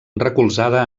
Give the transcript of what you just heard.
recolzada